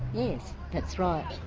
yes, that's right.